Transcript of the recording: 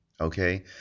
okay